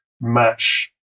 Match